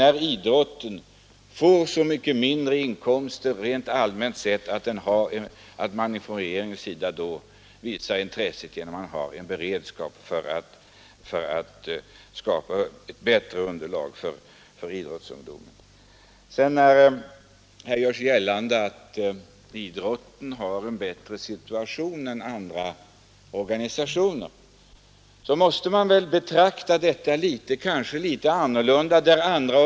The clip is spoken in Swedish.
När idrotten nu får så mycket mindre inkomster, rent allmänt sett, skulle jag mycket gärna se att regeringen visar intresse för att åstadkomma en beredskap, som ger idrottsungdomen ett bättre underlag för sin verksamhet än den nu har Sedan har det också gjorts gällande att idrottens situation är bättre än andra organisationers, men där får man nog se på den saken lite annorlunda än man gör.